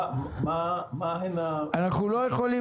מה הן --- אנחנו לא יכולים,